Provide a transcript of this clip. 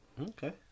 Okay